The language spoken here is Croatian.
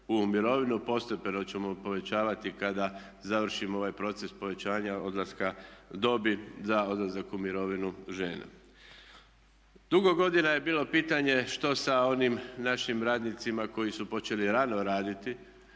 u mirovinu, postepeno ćemo povećavati kada završimo ovaj proces povećanja dobi za odlazak u mirovinu žena. Dugo godina je bilo pitanje što sa onim našim radnicima koji su počeli rano raditi